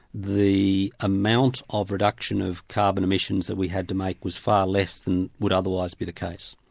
the amount of reduction of carbon emissions that we had to make was far less than would otherwise be the case.